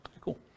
Cool